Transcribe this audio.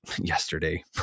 yesterday